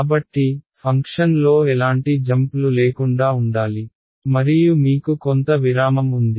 కాబట్టి ఫంక్షన్లో ఎలాంటి జంప్లు లేకుండా ఉండాలి మరియు మీకు కొంత విరామం ఉంది